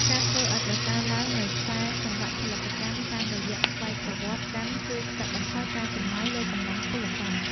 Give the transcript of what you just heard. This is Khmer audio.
ការធ្វើឱ្យប្រសើរឡើងនូវខ្សែសង្វាក់ផលិតកម្មតាមរយៈស្វ័យប្រវត្តិកម្មជួយកាត់បន្ថយការចំណាយលើកម្លាំងពលកម្ម។